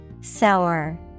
Sour